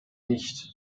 nicht